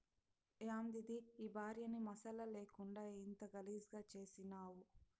యాందిది ఈ భార్యని మసాలా లేకుండా ఇంత గలీజుగా చేసినావ్